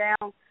down